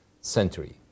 century